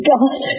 God